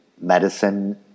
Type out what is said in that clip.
medicine